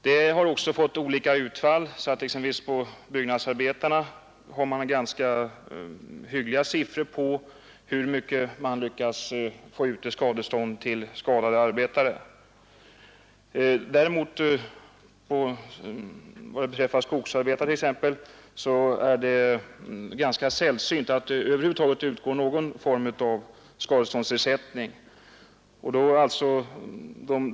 Detta har också fått olika utfall, så att man beträffande exempelvis byggnadsarbetarna har ganska hyggliga siffror på hur mycket man lyckats få ut i skadestånd till skadade arbetare, medan det däremot vad beträffar t.ex. skogsarbetare är ganska sällsynt att det över huvud taget utgår någon form av skadeståndsersättning.